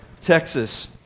Texas